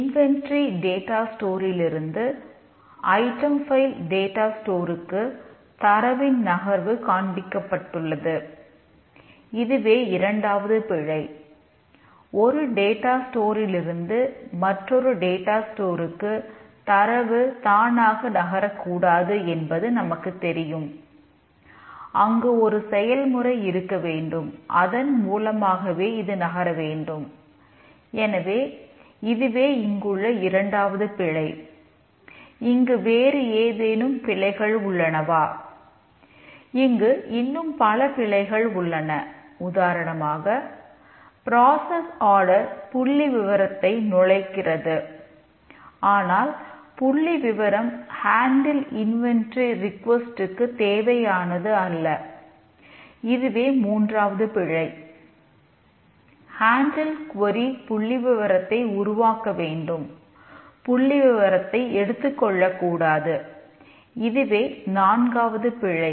inventory புள்ளிவிவரத்தை உருவாக்கவேண்டும் புள்ளிவிபரத்தை எடுத்துக்கொள்ளக்கூடாது இதுவே நான்காவது பிழை